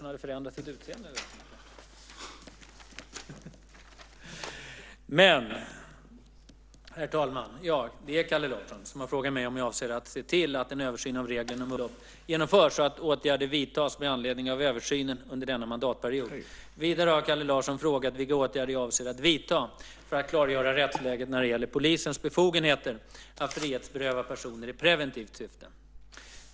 Herr talman! Kalle Larsson har frågat mig om jag avser att se till att en översyn av reglerna om upplopp genomförs och att åtgärder vidtas med anledning av översynen under denna mandatperiod. Vidare har Kalle Larsson frågat vilka åtgärder jag avser att vidta för att klargöra rättsläget när det gäller polisens befogenheter att frihetsberöva personer i preventivt syfte.